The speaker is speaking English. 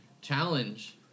challenge